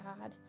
God